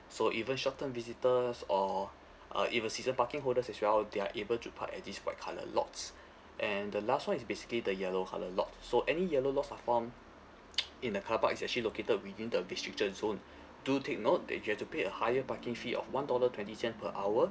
so even short term visitors or uh if a season parking holders as well they are able to park at this white colour lots and the last one is basically the yellow colour lot so any yellow lots are found in a car park it's actually located within the restriction zone do take note that you have to pay a higher parking fee of one dollar twenty cent per hour